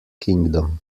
kingdom